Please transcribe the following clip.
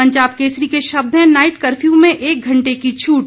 पंजाब केसरी के शब्द हैं नाईट कर्फ्यू में एक घंटे की छूट